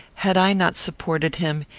had i not supported him,